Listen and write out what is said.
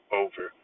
over